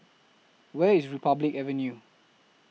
Where IS Republic Avenue